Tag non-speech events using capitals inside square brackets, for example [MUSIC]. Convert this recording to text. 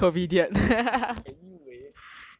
[LAUGHS] anyway